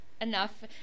enough